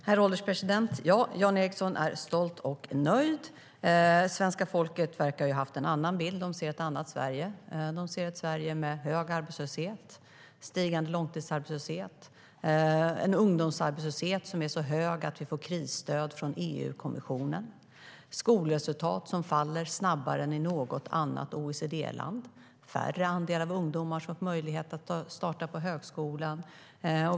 Herr ålderspresident! Jan Ericson är stolt och nöjd. Svenska folket verkar ha haft en annan bild. De ser ett annat Sverige - ett Sverige med hög arbetslöshet, stigande långtidsarbetslöshet, en ungdomsarbetslöshet som är så hög att vi får krisstöd från EU-kommissionen, skolresultat som faller snabbare än i något annat OECD-land och en lägre andel av ungdomarna som får möjlighet att börja på högskolan.